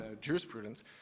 jurisprudence